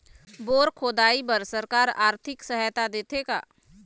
Bore खोदाई बर सरकार आरथिक सहायता देथे का?